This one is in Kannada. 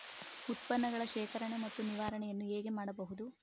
ಉತ್ಪನ್ನಗಳ ಶೇಖರಣೆ ಮತ್ತು ನಿವಾರಣೆಯನ್ನು ಹೇಗೆ ಮಾಡಬಹುದು?